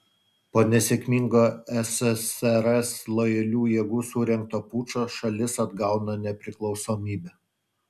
po nesėkmingo ssrs lojalių jėgų surengto pučo šalis atgauna nepriklausomybę